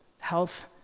health